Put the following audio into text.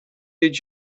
did